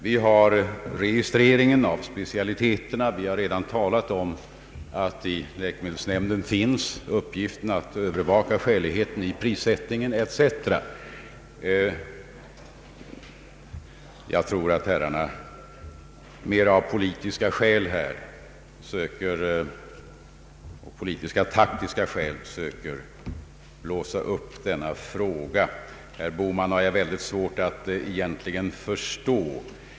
Vi har registreringen av specialiteterna, vi har nyss talat om läkemedelsnämndens uppgift att övervaka skäligheten i prissättningen etc. Jag tror att herrarna mera av politiskt taktiska skäl söker blåsa upp denna fråga. Jag har mycket svårt att förstå herr Bohman.